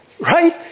Right